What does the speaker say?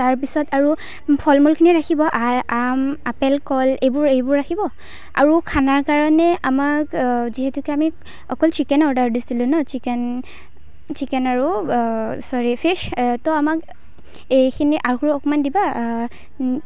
তাৰপিছত আৰু ফল মূলখিনি ৰাখিব আৰ আম আপেল কল এইবোৰ এইবোৰ ৰাখিব আৰু খানাৰ কাৰণে আমাক যিহেতুকে আমি অকল চিকেনেই অৰ্ডাৰ দিছিলোঁ ন' চিকেন চিকেন আৰু চৰি ফিচ ত' আমাক এইখিনি আৰু অকণমান দিবা